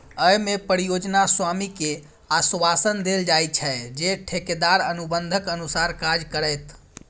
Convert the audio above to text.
अय मे परियोजना स्वामी कें आश्वासन देल जाइ छै, जे ठेकेदार अनुबंधक अनुसार काज करतै